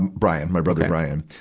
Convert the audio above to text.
and brian, my brother, brian.